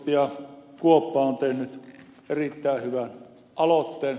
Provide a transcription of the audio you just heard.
kuoppa on tehnyt erittäin hyvän aloitteen